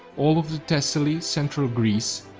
all of thessaly, central greece,